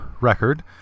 record